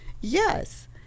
Yes